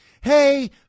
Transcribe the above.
Hey